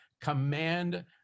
command